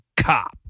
cop